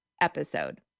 episode